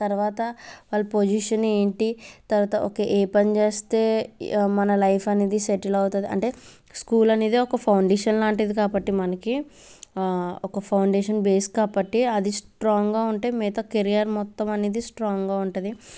తర్వాత వాళ్ళు పోసిషన్ ఏంటి తర్వాత ఒక ఏ పని చేస్తే మన లైఫ్ అనేది సెటిల్ అవుతుంది అంటే స్కూల్ అనేది ఒక ఫౌండేషన్ లాంటిది కాబట్టి మనకి ఒక ఫౌండేషన్ బేస్ కాబట్టి అది స్ట్రాంగ్గా ఉంటే మిగతా కెరీర్ మొత్తం అనేది స్ట్రాంగ్గా ఉంటుంది